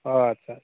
اَدٕ سا